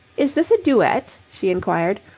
is this a duet? she inquired,